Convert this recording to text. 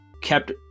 kept